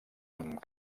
amb